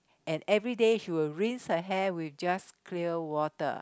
and everyday she will rinse her hair with just clear water